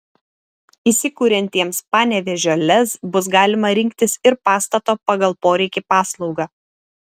įsikuriantiems panevėžio lez bus galima rinktis ir pastato pagal poreikį paslaugą